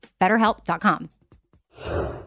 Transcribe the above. BetterHelp.com